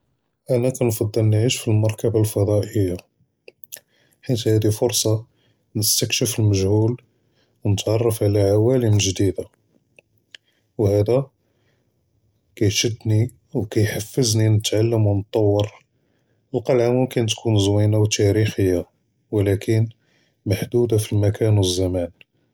אנא כנפצל נעיש פאלמרכבה אלפדאיא חית הדי פורסה נקטשף אלמג׳הול ונתערף עלא עוולאם ג׳דידה והדא כיישדני וכיהפזני נתעלם ונתת'ור, קלעה מומכן תכון זוינה ותאריחיה ולקין מהדודה פי אלמקום ואלזמאן.